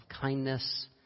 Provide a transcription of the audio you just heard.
kindness